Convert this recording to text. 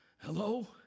Hello